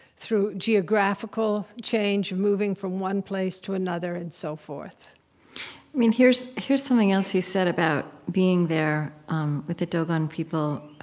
through geographical change, moving from one place to another, and so forth i mean here's here's something else you said about being there um with the dogon people.